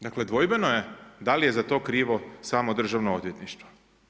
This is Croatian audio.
Dakle, dvojbeno je da li je to za to krivo samo državno odvjetništvo.